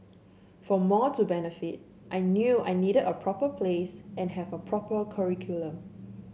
for more to benefit I knew I needed a proper place and have a proper curriculum